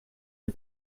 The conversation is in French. des